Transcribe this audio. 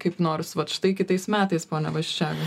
kaip nors vat štai kitais metais pone vaščega